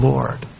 Lord